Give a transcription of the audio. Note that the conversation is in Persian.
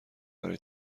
برای